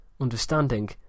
understanding